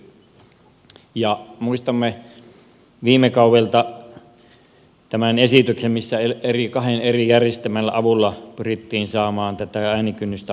muistamme viime kaudelta tämän esityksen missä kahden eri järjestelmän avulla pyrittiin saamaan tätä äänikynnystä alaspäin